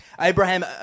Abraham